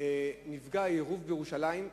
נפגע העירוב בירושלים,